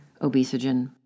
obesogen